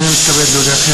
הנני מתכבד להודיעכם,